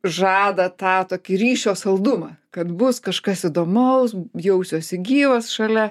žada tą tokį ryšio saldumą kad bus kažkas įdomaus jausiuosi gyvas šalia